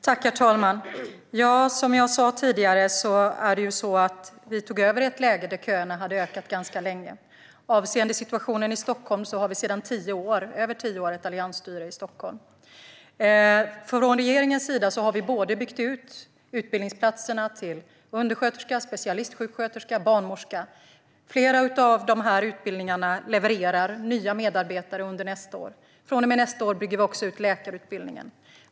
Herr talman! Som jag sa tidigare tog vi över i ett läge då köerna hade ökat ganska länge. Vad gäller situationen i Stockholm har man sedan över tio år ett alliansstyre där. Regeringen har ökat utbildningsplatserna till undersköterska, specialistsjuksköterska och barnmorska. Flera av dessa utbildningar levererar nya medarbetare under nästa år. Från och med nästa år bygger vi också ut läkarutbildningen.